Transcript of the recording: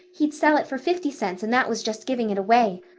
he'd sell it for fifty cents and that was just giving it away.